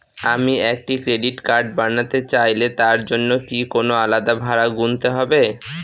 আমি একটি credit card বানাতে চাইলে তার জন্য কি কোনো আলাদা ভাড়া গুনতে হবে?